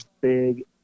big